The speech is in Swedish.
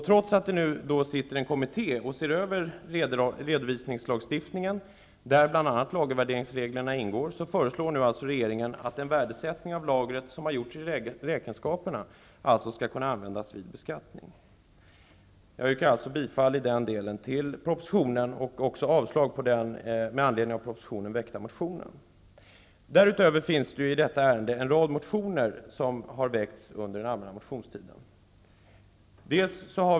Trots att en kommitté nu ser över redovisningslagstiftningen, där bl.a. lagervärderingsreglerna ingår, föreslår nu regeringen att den värdesättning av lagret som har gjorts i räkenskaperna skall kunna användas vid beskattning. Jag yrkar bifall till utskottets hemställan att bifalla förslaget i propositionen och avslag på den med anledning av propositionen väckta motionen. Därutöver finns i detta ärende en rad motioner som har väckts under den allmänna motionstiden.